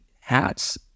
hats